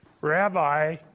Rabbi